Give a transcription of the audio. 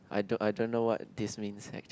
I don't I don't know what this means actually